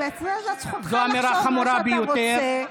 זו זכותך לחשוב מה שאתה רוצה.